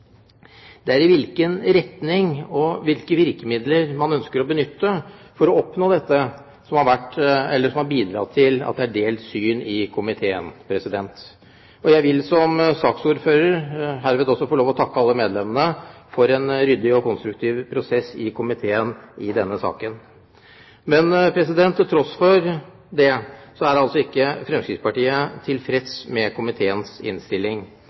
økonomi. Det er hvilken retning og hvilke virkemidler man ønsker å benytte for å oppnå dette, som har bidratt til at det er delt syn i komiteen. Jeg vil som saksordfører herved også få takke alle medlemmene for en ryddig og konstruktiv prosess i komiteen i denne saken. Men til tross for det er altså ikke Fremskrittspartiet tilfreds med komiteens innstilling.